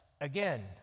again